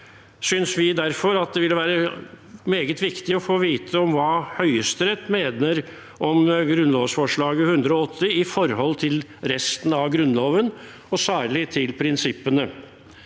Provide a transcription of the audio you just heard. være meget viktig å få vite hva Høyesterett mener om grunnlovsforslaget til § 108 i forhold til resten av Grunnloven, og særlig til prinsippene.